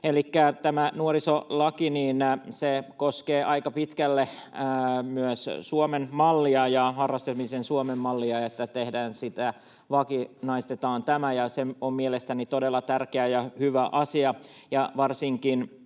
Elikkä tämä nuorisolaki koskee aika pitkälle myös Suomen mallia, harrastamisen Suomen mallia, että vakinaistetaan se. Se on mielestäni todella tärkeä ja hyvä asia varsinkin